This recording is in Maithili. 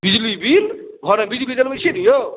बिजली बिल घरमे बिजली जलबै छिए ने यौ